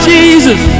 Jesus